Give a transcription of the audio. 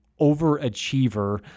overachiever